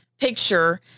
picture